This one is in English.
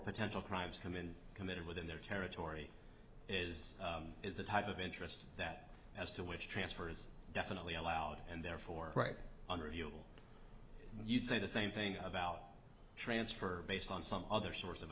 potential crimes committed committed within their territory is is the type of interest that has to which transfer is definitely allowed and therefore right under you'll you'd say the same thing about transfer based on some other source of